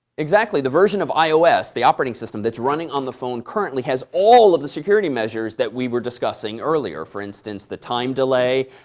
exactly. the version of ios, the operating system that's running on the phone currently, has all of the security measures that we were discussing earlier, for instance, the time delay,